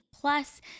Plus